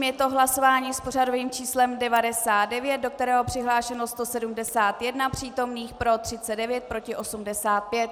Je to hlasování s pořadovým číslem 99, do kterého je přihlášeno 171 přítomných, pro 39, proti 85.